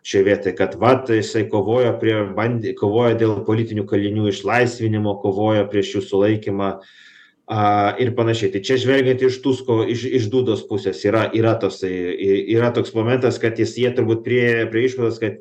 šioj vietoj kad vat jisai kovojo prie ir bandė kovoja dėl politinių kalinių išlaisvinimo kovojo prieš jų sulaikymą a ir panašiai tai čia žvelgiant iš tusko iš iš dūdos pusės yra yra tasai į yra toks momentas kad jis jie turbūt priėjo prie išvados kad